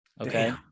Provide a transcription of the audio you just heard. Okay